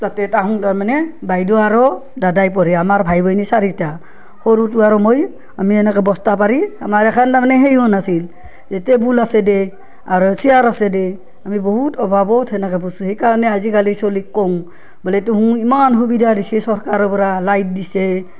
তাতে তাহুন তাৰমানে বাইদেউ আৰু দাদাই পঢ়ে আমাৰ ভাই ভনী চাৰিটা সৰুটো আৰু মই আমি এনেকে বস্তা পাৰি আমাৰ এখেন তাৰমানে সেইখন আছিল টেবুল আছে দে আৰু চিয়াৰ আছে দে আমি বহুত অভাৱত সেনেকে পঢ়িছোঁ সেই কাৰণে আজিকালি চ'লিক কওঁ বোলে তুহুন ইমান সুবিধা দিছে চৰকাৰৰ পৰা লাইট দিছে